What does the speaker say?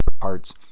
parts